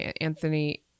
Anthony